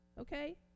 Okay